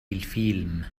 الفيلم